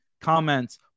comments